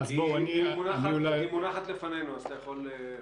היא מונחת לפנינו, אז אתה יכול להתחיל.